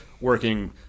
working